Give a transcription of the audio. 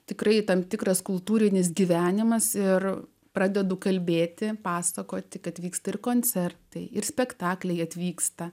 tikrai tam tikras kultūrinis gyvenimas ir pradedu kalbėti pasakoti kad vyksta ir koncertai ir spektakliai atvyksta